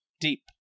Deep